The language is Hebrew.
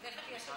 תכף יש הצבעה.